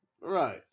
Right